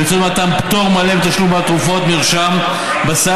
באמצעות מתן פטור מלא מתשלום בעד תרופות מרשם בסל